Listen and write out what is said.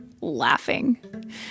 laughing